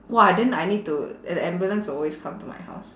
!wah! then I need to and the ambulance will always come to my house